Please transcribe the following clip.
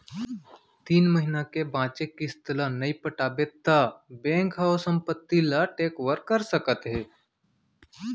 तीन महिना के बांचे किस्त ल नइ पटाबे त बेंक ह ओ संपत्ति ल टेक ओवर कर सकत हे